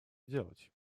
сделать